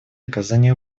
оказания